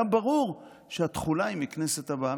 היה ברור שהתחולה היא מהכנסת הבאה,